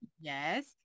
Yes